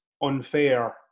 unfair